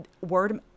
word